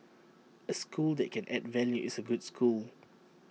A school that can add value is A good school